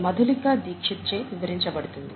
మధులిక దీక్షిత్ చే వివరించబడుతుంది